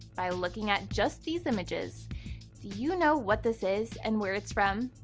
by looking at just these images, do you know what this is and where it's from?